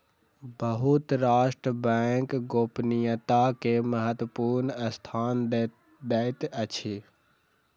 बहुत राष्ट्र बैंक गोपनीयता के महत्वपूर्ण स्थान दैत अछि